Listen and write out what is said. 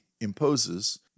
imposes